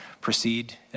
proceed